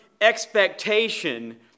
expectation